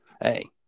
hey